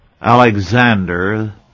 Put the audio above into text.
Alexander